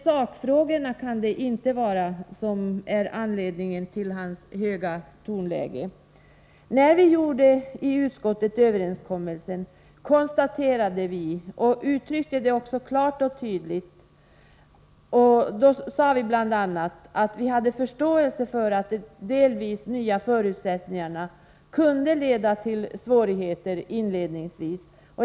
Sakfrågorna kan ju inte vara anledningen till hans höga tonläge. När vi i utskottet träffade överenskommelsen sade vi bl.a. — och vi uttryckte det klart och tydligt — att vi hade förståelse för att de delvis nya förutsättningarna kunde leda till svårigheter inledningsvis.